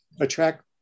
attract